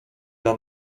dla